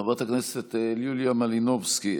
חברת הכנסת יוליה מלינובסקי,